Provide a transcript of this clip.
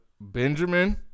Benjamin